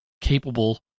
capable